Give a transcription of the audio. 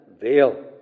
veil